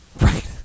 Right